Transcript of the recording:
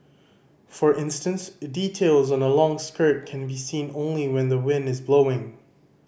for instance details on a long skirt can be seen only when the wind is blowing